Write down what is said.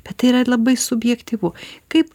bet tai yra labai subjektyvu kaip